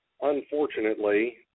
unfortunately